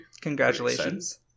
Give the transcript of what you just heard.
Congratulations